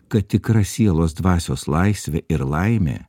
kad tikra sielos dvasios laisvė ir laimė